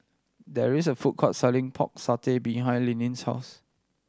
there is a food court selling Pork Satay behind Linnie's house